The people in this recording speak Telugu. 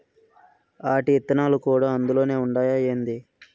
ఆటి ఇత్తనాలు కూడా అందులోనే ఉండాయా ఏంది